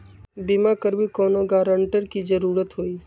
बिमा करबी कैउनो गारंटर की जरूरत होई?